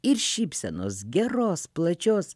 ir šypsenos geros plačios